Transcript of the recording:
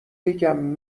بگم